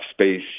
space